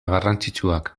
garrantzitsuak